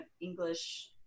English